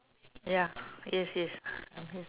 ya yes yes okay